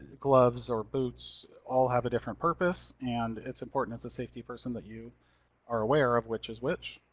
gloves or boots all have a different purpose. and it's important, as a safety person that you are aware of which is which.